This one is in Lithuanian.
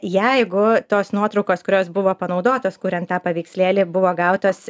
jeigu tos nuotraukos kurios buvo panaudotos kuriant tą paveikslėlį buvo gautos